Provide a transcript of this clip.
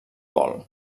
bol